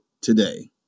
today